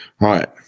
right